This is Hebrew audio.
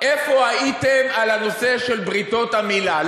איפה הייתם בנושא של בריתות המילה?